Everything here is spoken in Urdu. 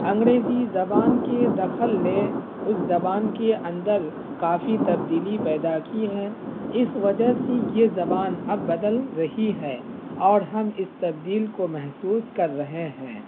انگریزی زبان کے دخل نے اس زبان کے اندر کافی تبدیلی پیدا کی ہے اس وجہ سے یہ زبان اب بدل رہی ہے اور ہم اس تبدیلی کو محسوس کر رہے ہیں